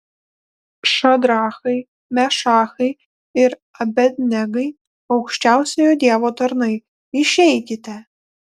šadrachai mešachai ir abed negai aukščiausiojo dievo tarnai išeikite